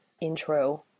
intro